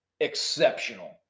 exceptional